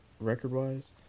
record-wise